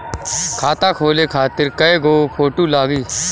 खाता खोले खातिर कय गो फोटो लागी?